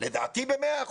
לדעתי ב-100 אחוזים,